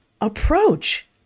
approach